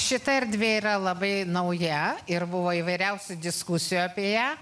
šita erdvė yra labai nauja ir buvo įvairiausių diskusijų apie ją